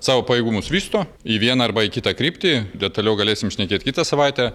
savo pajėgumus vysto į vieną arba į kitą kryptį detaliau galėsim šnekėt kitą savaitę